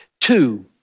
Two